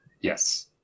yes